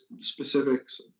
specifics